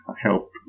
help